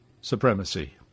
supremacy